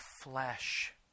flesh